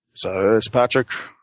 so this patrick?